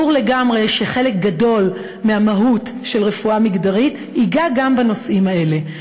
ברור לגמרי שחלק גדול מהמהות של רפואה מגדרית ייגע גם בנושאים האלה,